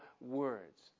words